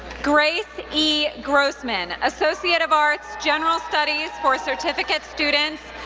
grace e. grossmann, associate of arts, general studies for certificate students,